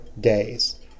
days